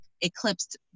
eclipsed